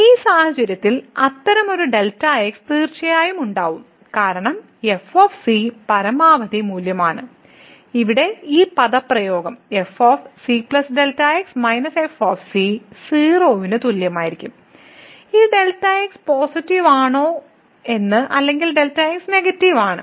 ഈ സാഹചര്യത്തിൽ അത്തരമൊരു Δx തീർച്ചയായും ഉണ്ടാകും കാരണം f പരമാവധി മൂല്യമാണ് ഇവിടെ ഈ പദപ്രയോഗം f c Δx f 0 ന് തുല്യമായിരിക്കും ഈ Δx പോസിറ്റീവ് ആണോ എന്ന് അല്ലെങ്കിൽ Δx നെഗറ്റീവ് ആണ്